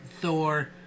Thor